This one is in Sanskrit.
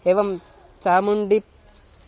एवं चामुण्डी